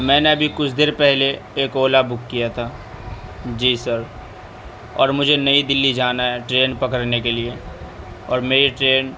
میں نے ابھی کچھ دیر پہلے ایک اولا بک کیا تھا جی سر اور مجھے نئی دہلی جانا ہے ٹرین پکڑنے کے لیے اور میری ٹرین